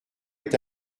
est